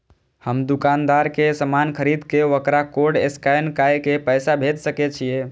हम दुकानदार के समान खरीद के वकरा कोड स्कैन काय के पैसा भेज सके छिए?